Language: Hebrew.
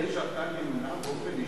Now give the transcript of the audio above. זה שאתה נמנע באופן אישי,